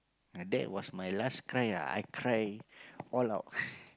ah that was my last cry ah I cry all out